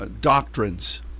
doctrines